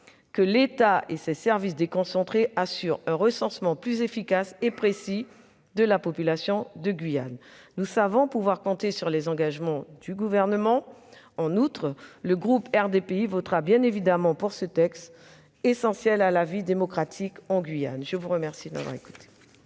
que l'État et ses services déconcentrés assurent un recensement plus efficace et précis de la population de Guyane. Nous savons pouvoir compter sur les engagements du Gouvernement. Le groupe RDPI votera bien évidemment ce texte, essentiel à la vie démocratique en Guyane. La discussion générale est